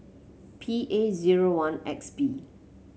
P A zero one X B